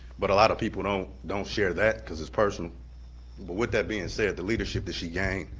but a lotta people don't don't share that, cause it's personal. but with that being said, the leadership that she gained